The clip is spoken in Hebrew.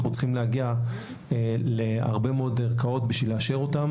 אנחנו צריכים להגיע להרבה מאוד ערכאות כדי לאשר אותה,